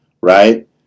right